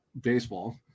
baseball